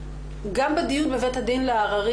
צריך להגיד שגם בדיון בבית הדין לעררים,